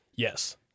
Yes